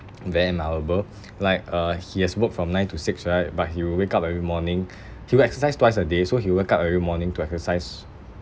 very admirable like uh he has work from nine to six right but he will wake up every morning he will exercise twice a day so he wake up every morning to exercise